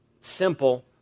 simple